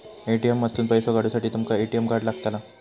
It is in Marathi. ए.टी.एम मधसून पैसो काढूसाठी तुमका ए.टी.एम कार्ड लागतला